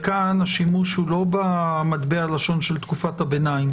כאן השימוש הוא לא במטבע הלשון של תקופת הביניים.